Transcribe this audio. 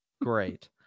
Great